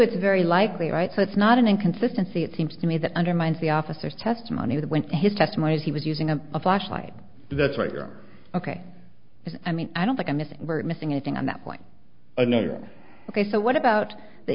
it's very likely right so it's not an inconsistency it seems to me that undermines the officers testimony that went to his testimony as he was using a flashlight that's right you're ok i mean i don't think i'm missing we're missing anything on that point another ok so what about the